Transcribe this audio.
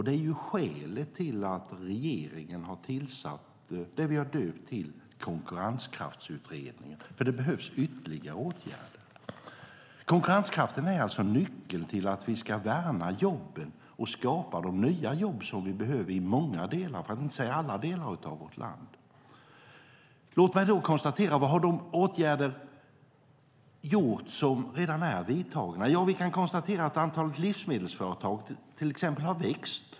Det är skälet till att regeringen har tillsatt det vi kallar konkurrenskraftsutredningen. Det behövs nämligen ytterligare åtgärder. Konkurrenskraften är alltså nyckeln till att värna jobben och skapa de nya jobb vi behöver i många, för att inte säga alla, delar av vårt land. Låt mig då ställa frågan: Vad har de åtgärder gjort som redan är vidtagna? Ja, vi kan konstatera att till exempel antalet livsmedelsföretag har växt.